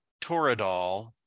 Toradol